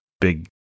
big